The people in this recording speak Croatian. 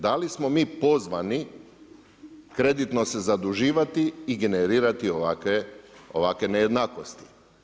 Da li smo mi pozvani kreditno se zaduživati i generirati ovakve nejednakosti.